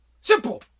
Simple